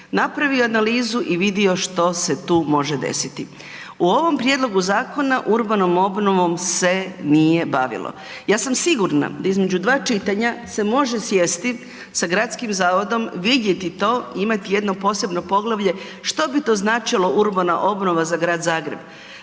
napravio analizu i vidio što se tu može desiti. U ovom prijedlogu zakona urbanom obnovom se nije bavilo. Ja sam sigurna da između dva čitanja se može sjesti sa Gradskim zavodom, vidjeti to i imati jedno posebno poglavlje što bi to značilo urbana obnova za Grad Zagreb.